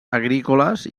agrícoles